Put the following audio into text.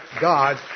God